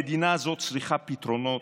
המדינה הזאת צריכה פתרונות,